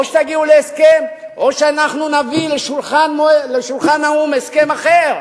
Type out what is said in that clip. או שתגיעו להסכם או שאנחנו נביא לשולחן האו"ם הסכם אחר.